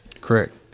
Correct